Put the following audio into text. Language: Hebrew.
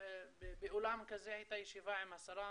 באולם כזה הייתה ישיבה עם השרה